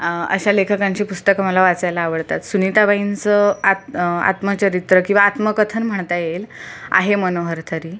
अशा लेखकांची पुस्तकं मला वाचायला आवडतात सुनिताबाईंचं आत आत्मचरित्र किंवा आत्मकथन म्हणता येईल आहे मनोहर तरी